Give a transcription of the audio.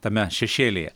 tame šešėlyje